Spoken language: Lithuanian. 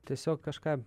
tiesiog kažką